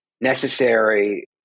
necessary